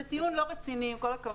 זה טיעון לא רציני, עם כל הכבוד.